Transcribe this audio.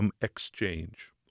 exchange